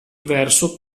verso